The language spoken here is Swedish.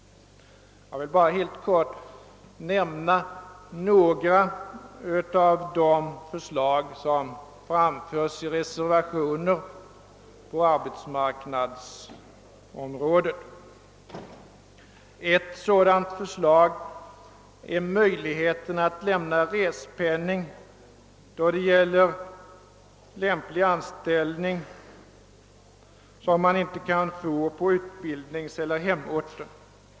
Jag vill bara helt kort nämna några av de förslag som framförs i reservationer på arbetsmarknadsområdet. Ett sådant förslag är möjligheten att lämna respenning då det gäller lämplig anställning som man inte kan få på utbildningseller hemorten.